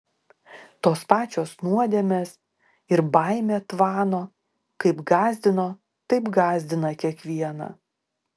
tos pačios nuodėmės ir baimė tvano kaip gąsdino taip gąsdina kiekvieną